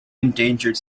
endangered